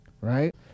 right